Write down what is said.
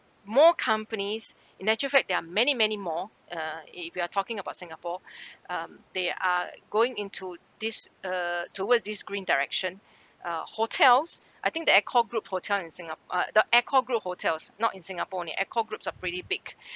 more companies in actual fact there are many many more uh if if you are talking about singapore um they are going into this uh towards this green direction uh hotels I think the eco group hotel in singa~ uh the eco group hotels not in singapore only eco groups are pretty big